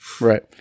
Right